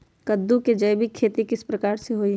कददु के जैविक खेती किस प्रकार से होई?